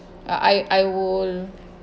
uh I I will